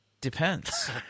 Depends